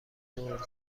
دور